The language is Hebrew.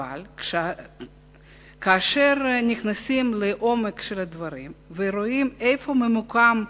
אבל כאשר נכנסים לעומק הדברים ורואים איפה המפעל הזה ממוקם,